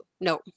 no